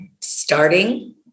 starting